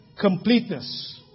completeness